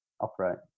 operate